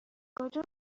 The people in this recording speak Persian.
کجا